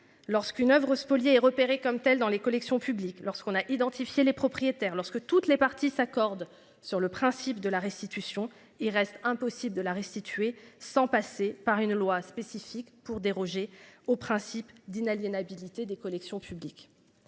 lorsqu'une oeuvre spoliée et repéré comme tels dans les collections publiques lorsqu'on a identifié les propriétaires lorsque toutes les parties s'accordent sur le principe de la restitution, il reste impossible de la restituer sans passer par une loi spécifique pour déroger au principe d'inaliénabilité des collections publiques.